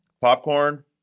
Popcorn